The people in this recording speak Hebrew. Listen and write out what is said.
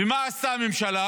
ומה עשתה הממשלה